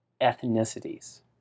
ethnicities